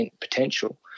potential